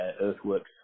earthworks